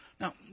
Now